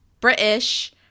British